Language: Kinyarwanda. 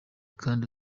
kandi